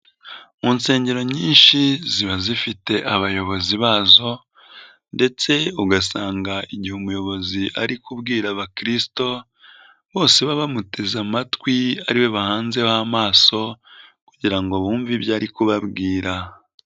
Mu nsengero nyinshi ziba zifite abayobozi bazo ndetse ugasanga igihe umuyobozi ari kubwira Abakirisito, bose baba bamuteze amatwi, ariwe bahanzeho amaso kugira ngo bumve ibyo ari kubabwira.